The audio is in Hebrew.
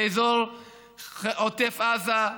באזור עוטף עזה,